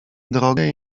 drogę